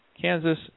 Kansas